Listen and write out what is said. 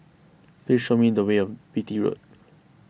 please show me the way a Beatty Road